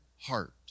heart